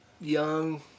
young